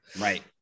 Right